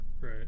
right